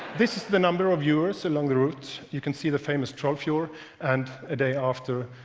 this is the number of viewers along the route. you can see the famous trollfjord and a day after,